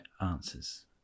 answers